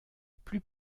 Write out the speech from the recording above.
plus